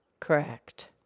Correct